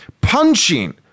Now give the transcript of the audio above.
punching